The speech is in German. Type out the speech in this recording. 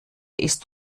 ist